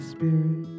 Spirit